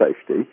safety